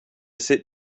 sit